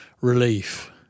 relief